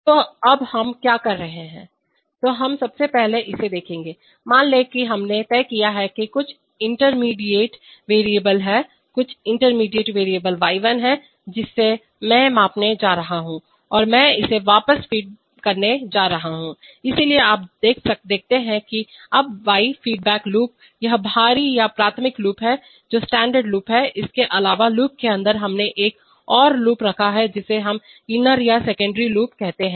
तो अब हम क्या कर रहे हैं तो हम सबसे पहले इसे देखेंगे मान लें कि हमने तय किया है कि कुछ इंटरमीडिएट वेरिएबल है कुछ इंटरमीडिएट वेरिएबल y1 है जिसे मैं मापने जा रहा हूं और मैं इसे वापस फीड करने जा रहा हूं इसलिए आप देखते हैं कि अब y फीडबैक लूप यह बाहरी या प्राथमिक लूप है जो स्टैण्डर्ड लूप है इसके अलावा लूप के अंदर हमने एक और लूप रखा है जिसे हम इनर या सेकेंडरी लूप कहते हैं